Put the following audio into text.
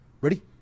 Ready